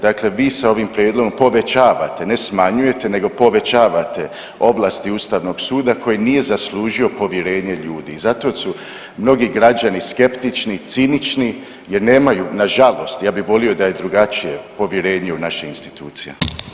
Dakle vi sa ovim prijedlogom povećavate, ne smanjujete nego povećavate ovlasti Ustavnog suda koji nije zaslužio povjerenje ljudi i zato su mnogi građani skeptični i cinični jer nemaju nažalost, ja bih volio da je drugačije povjerenje u naše institucije.